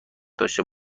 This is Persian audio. داشته